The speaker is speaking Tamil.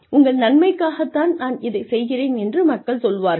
உங்கள் நன்மைக்காகத் தான் நான் இதைச் செய்கிறேன் என்று மக்கள் சொல்வார்கள்